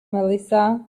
melissa